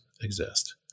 exist